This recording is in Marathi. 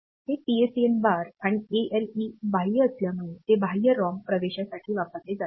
हे PSEN बार आणि ALE बाह्य असल्यामुळे ते बाह्य रॉम प्रवेशासाठी वापरले जातात